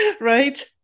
right